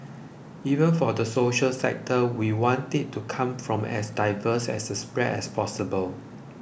even for the social sector we want it to come from as diverse as a spread as possible